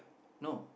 no